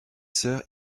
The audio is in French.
sœurs